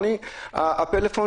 בכל זאת, למה זה לא קורה הפוך.